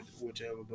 whichever